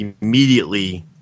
immediately